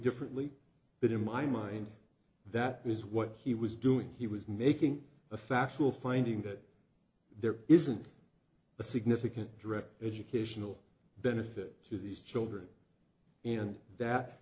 differently that in my mind that was what he was doing he was making a factual finding that there isn't a significant direct educational benefit to these children and that